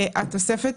התוספת